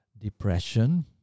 Depression